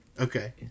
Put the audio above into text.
Okay